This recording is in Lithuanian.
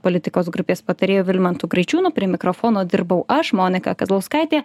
politikos grupės patarėju vilmantu graičiūnu prie mikrofono dirbau aš monika kazlauskaitė